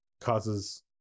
causes